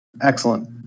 Excellent